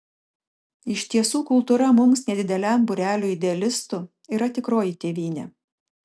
iš tiesų kultūra mums nedideliam būreliui idealistų yra tikroji tėvynė